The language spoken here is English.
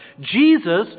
Jesus